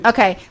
Okay